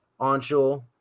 Anshul